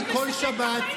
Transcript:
אני כל שבת,